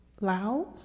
Lao